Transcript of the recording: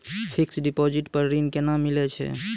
Fixed deposit पर ऋण केना मिलै छै?